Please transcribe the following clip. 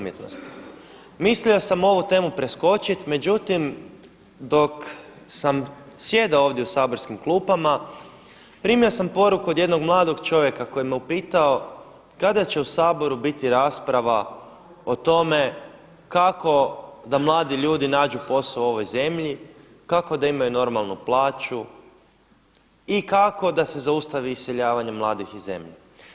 Mislio sam ovu temu preskočiti međutim dok sam sjedao ovdje u saborskim klupama primio sam poruku od jednog mladog čovjeka koji me je upitao kada će u Saboru biti rasprava o tome kako da mladi ljudi nađu posao u ovoj zemlji, kako da imaju normalnu plaću i kako da se zaustavi iseljavanje mladih iz zemlje.